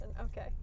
okay